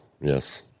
yes